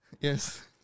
Yes